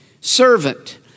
servant